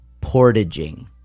Portaging